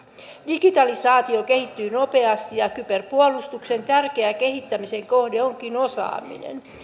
digitalisaatio kehittyy nopeasti ja kyberpuolustuksen tärkeä kehittämisen kohde onkin osaaminen